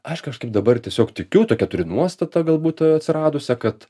aš kažkaip dabar tiesiog tikiu tokią turiu nuostatą galbūt atsiradusią kad